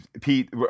Pete